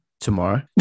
tomorrow